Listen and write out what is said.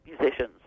musicians